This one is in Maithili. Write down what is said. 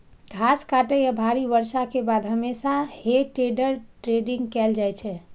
घास काटै या भारी बर्षा के बाद हमेशा हे टेडर टेडिंग कैल जाइ छै